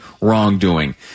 wrongdoing